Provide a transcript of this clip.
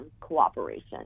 cooperation